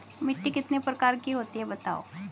मिट्टी कितने प्रकार की होती हैं बताओ?